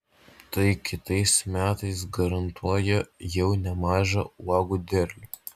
tai kitais metais garantuoja jau nemažą uogų derlių